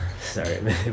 Sorry